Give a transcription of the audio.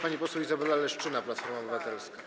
Pani poseł Izabela Leszczyna, Platforma Obywatelska.